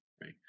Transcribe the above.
right